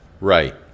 Right